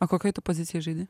o kokioj tu pozicijoj žaidi